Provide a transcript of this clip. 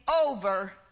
over